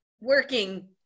working